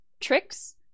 Tricks